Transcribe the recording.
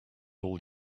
all